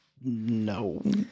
No